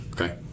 okay